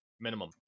minimum